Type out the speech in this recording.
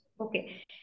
okay